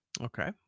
Okay